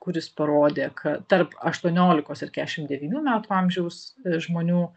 kuris parodė kad tarp aštuoniolikos ir keturiasdešimt devynių metų amžiaus žmonių